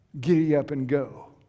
giddy-up-and-go